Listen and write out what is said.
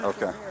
Okay